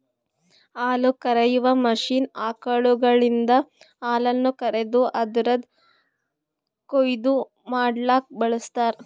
ಹಾಲುಕರೆಯುವ ಮಷೀನ್ ಆಕಳುಗಳಿಂದ ಹಾಲನ್ನು ಕರೆದು ಅದುರದ್ ಕೊಯ್ಲು ಮಡ್ಲುಕ ಬಳ್ಸತಾರ್